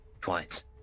twice